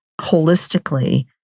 holistically